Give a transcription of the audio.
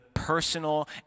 personal